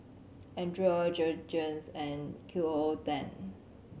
Andre Jergens and Q O O ten